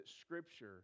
Scripture